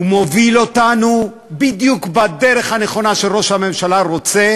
הוא מוביל אותנו בדיוק בדרך הנכונה שראש הממשלה רוצה